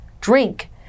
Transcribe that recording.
drink